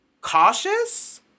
cautious